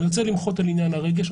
אני רוצה למחות על עניין הרגש,